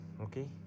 okay